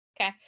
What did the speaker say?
Okay